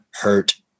hurt